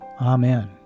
Amen